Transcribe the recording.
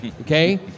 okay